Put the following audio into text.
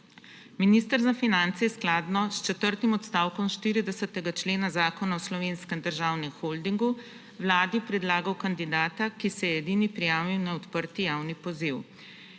Minister za finance je skladno s četrtim odstavkom 40. člena Zakona o Slovenskem državnem holdingu vladi predlagal kandidata, ki se je edini prijavil na odprti javni poziv.